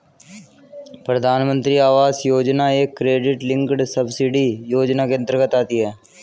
प्रधानमंत्री आवास योजना एक क्रेडिट लिंक्ड सब्सिडी योजना के अंतर्गत आती है